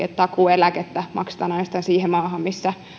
että takuueläkettä maksetaan ainoastaan siihen maahan missä